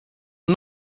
een